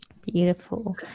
Beautiful